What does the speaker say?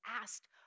asked